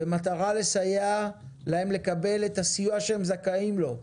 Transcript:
במטרה לסייע להם לקבל את הסיוע שהם זכאים לו.